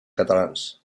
catalans